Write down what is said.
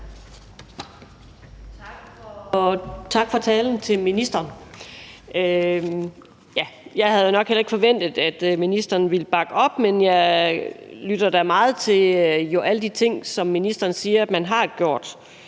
Tak. Tak til ministeren for talen. Jeg havde nok heller ikke forventet, at ministeren ville bakke det op, men jeg lytter da meget til alle de ting, som ministeren siger man har gjort.